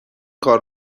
کار